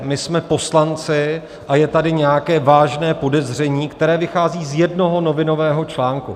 My jsme poslanci a je tady nějaké vážné podezření, které vychází z jednoho novinového článku.